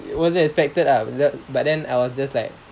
wasn't expected ah but then I was just like